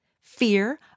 fear